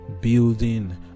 building